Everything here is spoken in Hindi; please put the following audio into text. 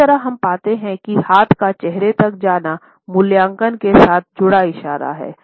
इसी तरह हम पाते हैं कि हाथ का चेहरे तक जाना मूल्यांकन के साथ जुड़ा इशारा है